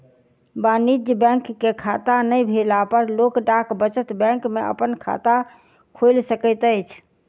वाणिज्य बैंक के खाता नै भेला पर लोक डाक बचत बैंक में अपन खाता खोइल सकैत अछि